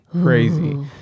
crazy